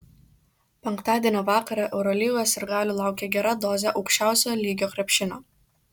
penktadienio vakarą eurolygos sirgalių laukia gera dozė aukščiausio lygio krepšinio